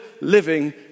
living